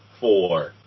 four